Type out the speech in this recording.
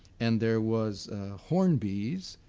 and there was hornby's